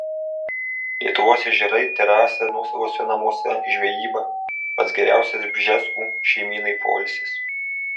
lietuvos ežerai terasa nuosavuose namuose žvejyba pats geriausias bžeskų šeimynai poilsis